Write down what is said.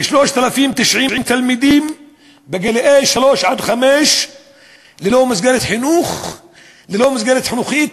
כ-3,090 תלמידים בגילי שלוש חמש ללא מסגרת חינוכית.